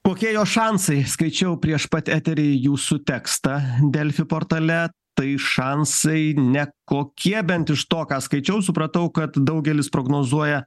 kokie jos šansai skaičiau prieš pat eterį jūsų tekstą delfi portale tai šansai nekokie bent iš to ką skaičiau supratau kad daugelis prognozuoja